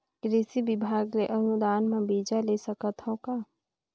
कृषि विभाग ले अनुदान म बीजा ले सकथव का?